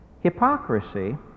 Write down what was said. Hypocrisy